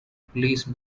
police